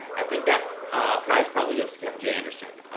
i think that prize probably goes to kevin j. anderson.